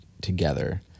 together